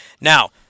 Now